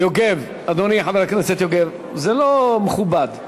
אדוני חבר הכנסת יוגב, זה לא מכובד.